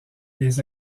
les